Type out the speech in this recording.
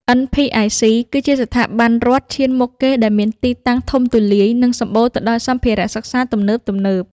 NPIC គឺជាស្ថាប័នរដ្ឋឈានមុខគេដែលមានទីតាំងធំទូលាយនិងសម្បូរទៅដោយសម្ភារសិក្សាទំនើបៗ។